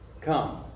Come